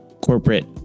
corporate